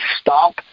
stop